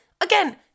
again